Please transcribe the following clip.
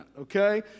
okay